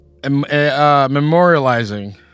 memorializing